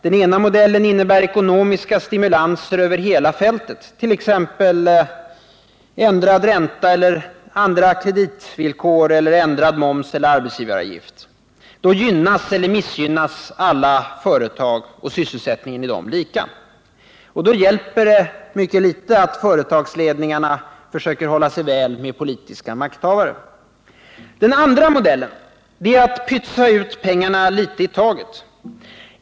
Den ena modellen innebär ekonomiska stimulanser över hela fältet, t.ex. andra kreditvillkor, ändrad ränta, moms eller arbetsgivaravgift. Då gynnas eller missgynnas alla företag och sysselsättningen i dem lika. Då hjälper det föga att företagsledningarna försöker hålla sig väl med politiska makthavare. Den andra modellen innebär att man pytsar ut pengarna litet i taget.